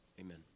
Amen